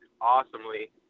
awesomely